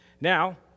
Now